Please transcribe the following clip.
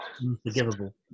unforgivable